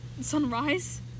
sunrise